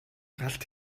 галт